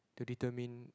to determine